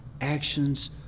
actions